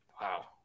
wow